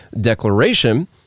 Declaration